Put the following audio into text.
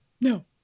No